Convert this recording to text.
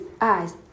eyes